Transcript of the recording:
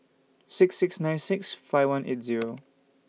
six six nine six five one eight Zero